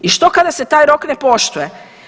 I što kada se taj rok ne poštuje?